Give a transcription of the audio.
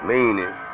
Meaning